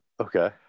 Okay